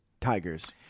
Tigers